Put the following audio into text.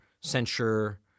censure